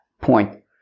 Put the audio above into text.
point